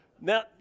Now